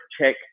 check